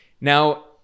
Now